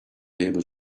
able